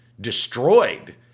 destroyed